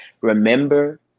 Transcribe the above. Remember